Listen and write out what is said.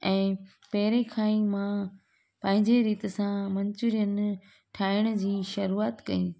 ऐं पहिरीं खां ई मां पंहिंजी रीति सां मन्चूरियन ठाहिण जी शुरूआति कयी